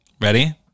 ready